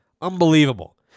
Unbelievable